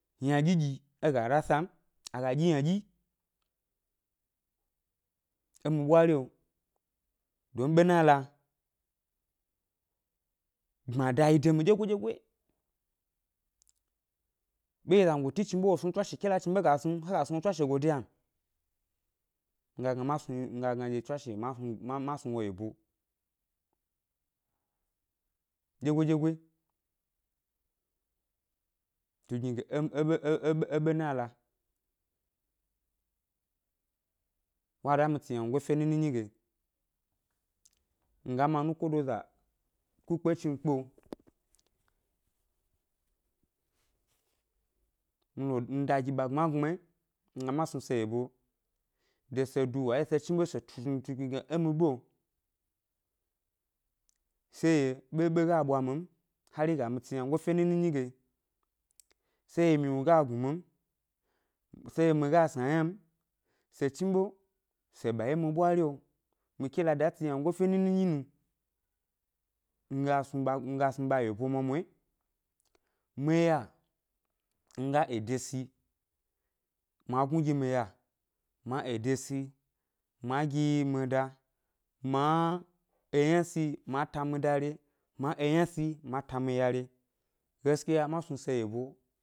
Ynaɗyiɗyi é ga rasa m, a ga ɗyi ynaɗyi é mi ɓwario, don ɓena lea, gbmada yi de mi yi ɗyegoyi-ɗyegoyi, ɓenɗye zangoti chniɓe wo snu m tswashe ke la chniɓe ga snu, he ga snu tswashe godiya m, nga gna ma snu nga gna ɗye tswashe ma snu ma ma snu wo yebo ɗyegoyi-ɗyegoyi, tugni ge eɓe eɓe é ɓena loa, wa da mi tsi wyangofe nini nyi ge, mi ga mi anukodoza ku kpe é chninkpeo, mi lo mi da gi ɓa gbmagbma mi gna ma snu se yebo de se duwa se chni ɓe se snu ge tugni ge é mi ɓe o sé ye ɓeɓe ga ɓwa mi n, hari ga mi tsi wyangofe nini ge sé ye myiwnu ga gnu mi n, se ye mi ga sna ʻyna m, se chniɓe se ɓa ʻwye é mi ɓwario, mi ke la da tsi wyangofe nini nu, mi ga snu ɓa yebo gbmagbma, mi ʻya mi ga ede si ma gnu gi mi ʻya, ma ede si ma gi mi da, ma eyna si a ta mi ʻda re, ma eyna si ma ta mi ʻya re, gaskiya ma snu se yebo